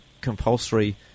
compulsory